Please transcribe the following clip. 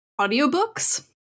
audiobooks